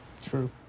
True